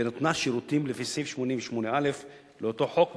בנותנה שירותים לפי סעיף 88א לאותו חוק,